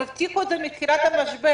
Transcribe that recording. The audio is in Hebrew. הם הבטיחו את זה מתחילת המשבר.